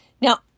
Now